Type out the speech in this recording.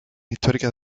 históricas